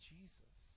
Jesus